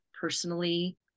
personally